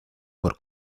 por